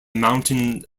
mountain